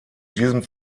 diesem